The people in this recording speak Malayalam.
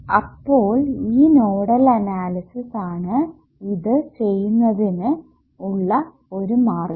അപ്പോൾ ഈ നോഡൽ അനാലിസിസ് ആണ് ഇത് ചെയ്യുന്നതിനുള്ള ഒരു മാർഗ്ഗം